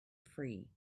free